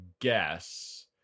guess